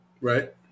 right